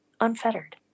unfettered